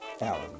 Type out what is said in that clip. Alan